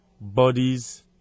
bodies